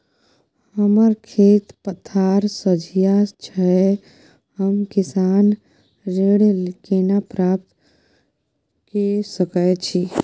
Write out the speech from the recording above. हमर खेत पथार सझिया छै हम किसान ऋण केना प्राप्त के सकै छी?